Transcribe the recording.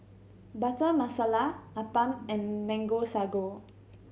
Butter Masala appam and Mango Sago